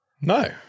No